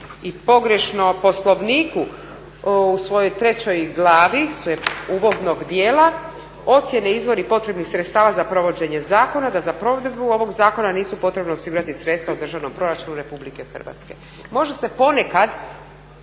i pogrešno u Poslovniku u svojoj 3. glavi svojeg uvodnog dijela, ocjene i izvori potrebnih sredstava za provođenje zakona, da za provedbu ovog zakona nisu potrebna osigurati sredstva u državnom proračunu Republike Hrvatske. Možda se ponekad